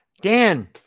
dan